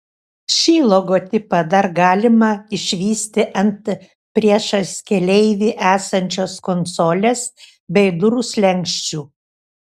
šį logotipą dar galima išvysti ant priešais keleivį esančios konsolės bei durų slenksčių